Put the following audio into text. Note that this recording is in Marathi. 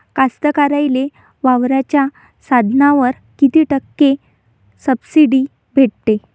कास्तकाराइले वावराच्या साधनावर कीती टक्के सब्सिडी भेटते?